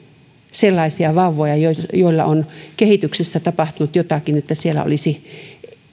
sellaisia vauvoja joilla on kehityksessä tapahtunut jotakin että siellä olisi